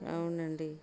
అవునండి